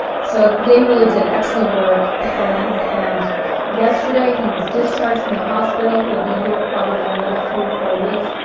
so they really did excellent work, and and yesterday he was discharged from the hospital, he'll be here probably for another three or four weeks,